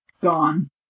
gone